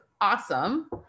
awesome